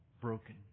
broken